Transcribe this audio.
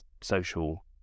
social